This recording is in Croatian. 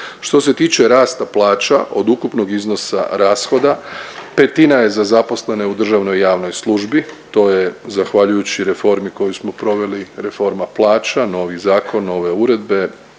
Što se tiče rasta plaća od ukupnog iznosa rashoda petina je za zaposlene u državnoj i javnoj službi, to je zahvaljujući reformi koju smo proveli, reforma plaća, novi zakon, nove uredbe,